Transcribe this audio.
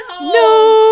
No